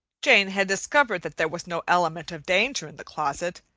jane had discovered that there was no element of danger in the closet,